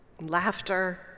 laughter